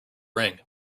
ring